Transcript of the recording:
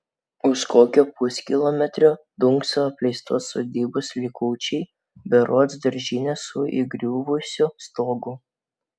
už kokio puskilometrio dunkso apleistos sodybos likučiai berods daržinė su įgriuvusiu stogu